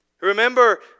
Remember